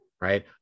right